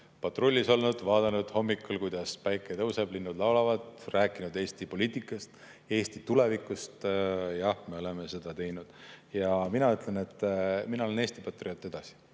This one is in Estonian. patrullis olnud, vaadanud hommikul, kuidas päike tõuseb ja linnud laulavad, rääkinud Eesti poliitikast ja Eesti tulevikust. Jah, me oleme seda teinud. Ja mina ütlen, et mina olen Eesti patrioot edasi,